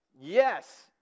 Yes